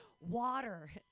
Water